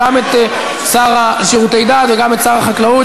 גם את השר לשירותי דת וגם את שר החקלאות,